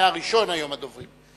היה היום ראשון הדוברים.